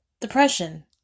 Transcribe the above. depression